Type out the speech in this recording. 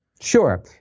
Sure